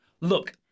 Look